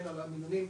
על המינונים,